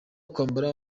kwambara